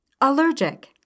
Allergic